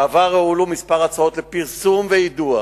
בעבר הועלו כמה הצעות לפרסום וליידוע